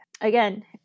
again